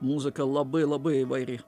muzika labai labai įvairi